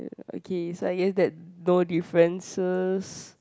okay so I guess that no differences